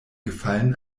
gefallen